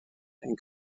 and